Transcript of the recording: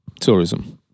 tourism